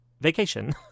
vacation